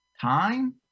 time